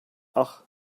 ach